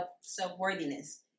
self-worthiness